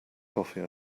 coffee